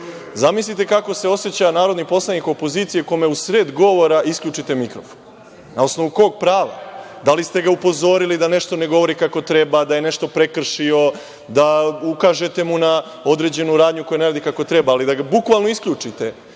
opozicije. Zamislite kako se oseća narodni poslanik opozicije kome u sred govora isključite mikrofon? Na osnovu kog prava, da li ste ga upozorili da nešto ne govori kako treba, da je nešto prekršio, da mu ukažete na određenu radnju koju ne radi kako treba? Ali, da ga bukvalno isključite